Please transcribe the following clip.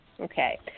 Okay